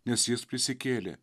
nes jis prisikėlė